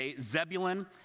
Zebulun